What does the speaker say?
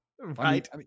Right